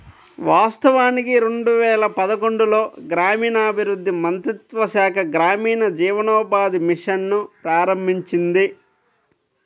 వాస్తవానికి రెండు వేల పదకొండులో గ్రామీణాభివృద్ధి మంత్రిత్వ శాఖ గ్రామీణ జీవనోపాధి మిషన్ ను ప్రారంభించింది